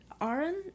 Aaron